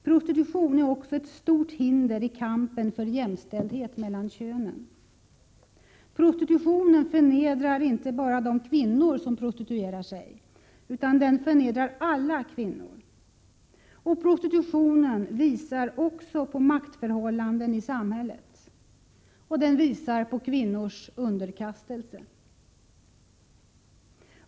Prostitution är också ett stort hinder i kampen för jämställdhet mellan könen. Prostitutionen förnedrar inte bara de kvinnor som prostituerar sig — den förnedrar alla kvinnor. Prostitutionen visar också på maktförhållanden i samhället. Den visar på kvinnors underkastelse.